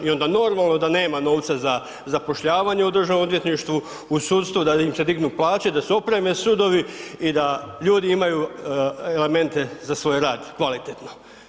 I onda je normalno da nema novca za zapošljavanje u državnom odvjetništvu u sudstvu, da im se dignu plaće, da se opreme sudovi da ljudi imaju elemente za svoj rad kvalitetno.